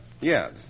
yes